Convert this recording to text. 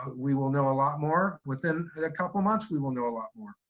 we will know a lot more within a couple months, we will know a lot more.